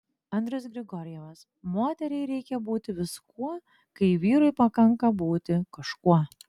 andrius grigorjevas moteriai reikia būti viskuo kai vyrui pakanka būti kažkuo